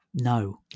No